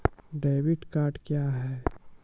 Debit card क्या हैं?